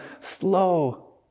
slow